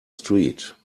street